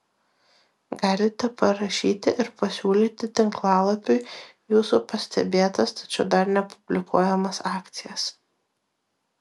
galite parašyti ir pasiūlyti tinklalapiui jūsų pastebėtas tačiau dar nepublikuojamas akcijas